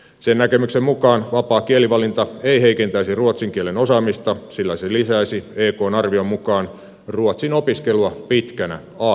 sen näkemyksen mukaan vapaa kielivalinta ei heikentäisi ruotsin kielen osaamista sillä se lisäisi ekn arvion mukaan ruotsin opiskelua pitkänä a kielenä